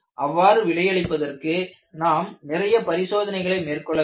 அவ்வாறு விடையளிப்பதற்கு நாம் நிறைய பரிசோதனைகளை மேற்கொள்ள வேண்டும்